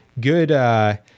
Good